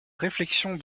réflexions